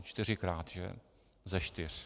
Čtyřikrát ze čtyř.